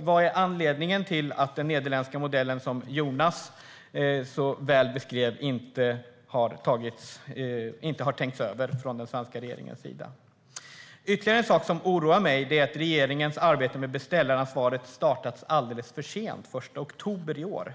Vad är anledningen till att den nederländska modellen, som Jonas så väl beskrev, inte har tänkts över från den svenska regeringens sida? Ytterligare en sak som oroar mig är att regeringens arbete med beställaransvaret startats alldeles för sent, den 1 oktober i år.